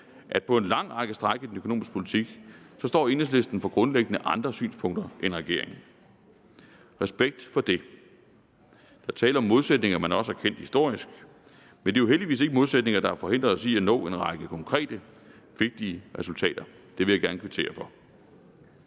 at på en lang række stræk i den økonomiske politik står Enhedslisten for grundlæggende andre synspunkter end regeringen. Respekt for det. Der er tale om modsætninger, man også har kendt historisk, men det er jo heldigvis ikke modsætninger, der forhindrer os i at nå en lang række konkrete, vigtige resultater. Det vil jeg gerne kvittere for.